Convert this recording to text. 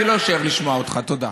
טוב?